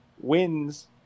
wins